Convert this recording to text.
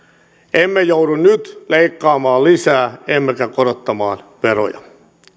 emme joudu nyt leikkaamaan lisää emmekä korottamaan veroja